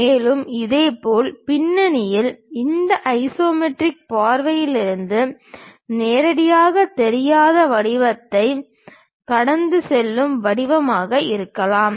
மேலும் இதேபோல் பின்னணியில் இந்த ஐசோமெட்ரிக் பார்வையில் இருந்து நேரடியாகத் தெரியாத வடிவத்தை கடந்து செல்லும் வடிவம் இருக்கலாம்